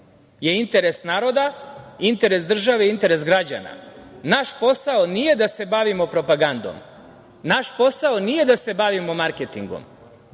je interes naroda, interes države, interes građana. Naš posao nije da se bavimo propagandom, naš posao nije da se bavimo marketingom,